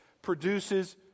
produces